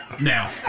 Now